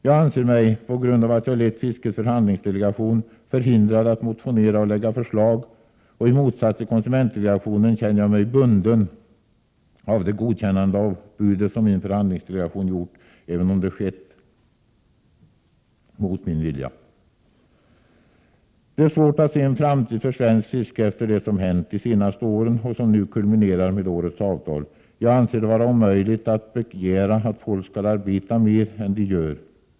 Jag anser mig, på grund av att jag lett fiskets förhandlingsdelegation, förhindrad att motionera och lägga fram förslag, och i motsats till konsumentdelegationen känner jag mig bunden av det godkännande av budet som min förhandlingsdelegation gjort, även om det skett mot min vilja. Det är svårt att se en framtid för svenskt fiske efter det som hänt de senaste åren och som nu kulminerar med årets avtal. Jag anser det vara omöjligt att begära att folk skall arbeta mer än de gör.